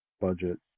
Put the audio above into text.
budget